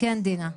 כן דינה,